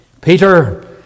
Peter